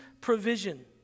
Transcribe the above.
provision